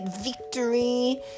victory